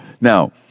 Now